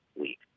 week